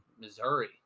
Missouri